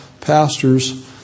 pastors